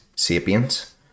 sapiens